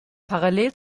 parallel